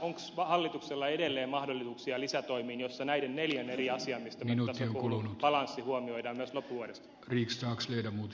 onko hallituksella edelleen mahdollisuuksia lisätoimiin joissa näiden neljän eri asian joista minä olen nyt tässä puhunut balanssi huomioidaan myös loppuvuodesta